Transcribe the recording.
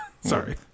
sorry